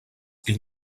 qu’il